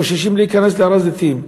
חוששים להיכנס להר-הזיתים.